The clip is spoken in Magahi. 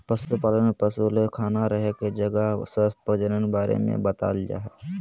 पशुपालन में पशु ले खाना रहे के जगह स्वास्थ्य प्रजनन बारे में बताल जाय हइ